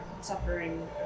suffering